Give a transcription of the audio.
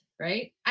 right